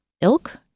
ilk